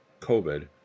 COVID